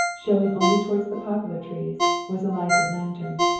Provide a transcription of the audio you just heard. showing only toward the poplar trees, was a lighted lantern.